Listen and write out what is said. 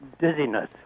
dizziness